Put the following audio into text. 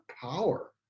power